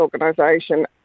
Organization